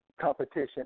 Competition